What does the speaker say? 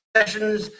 Sessions